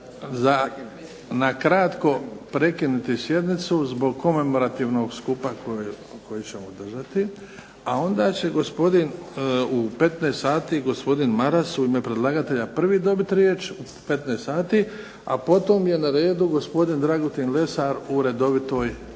na kratko prekinuti sjednicu zbog komemorativnog skupa koji ćemo održati, a onda će gospodin, u 15 sati, gospodin Maras u ime predlagatelja prvi dobiti riječ u 15 sati. A potom je na redu gospodin Dragutin Lesar u redovitoj raspravi.